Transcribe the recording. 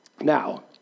Now